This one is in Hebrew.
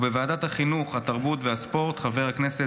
בוועדת החינוך התרבות והספורט חבר הכנסת